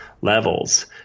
levels